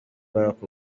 barack